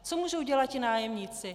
Co můžou dělat ti nájemníci?